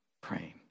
praying